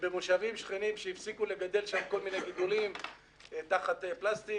ובמושבים שכנים שהפסיקו לגדל שם כל מיני גידולים תחת פלסטיק,